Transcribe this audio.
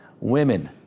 Women